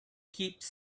keeps